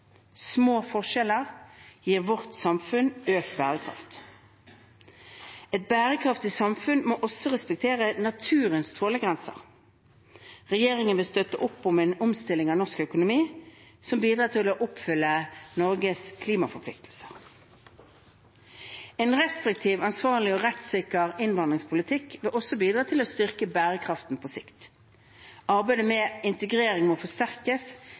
Små forskjeller gir vårt samfunn økt bærekraft. Et bærekraftig samfunn må også respektere naturens tålegrenser. Regjeringen vil støtte opp om en omstilling av norsk økonomi som bidrar til å oppfylle Norges klimaforpliktelser. En restriktiv, ansvarlig og rettssikker innvandringspolitikk vil også bidra til å styrke bærekraften på sikt. Arbeidet med integrering må forsterkes,